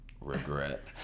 regret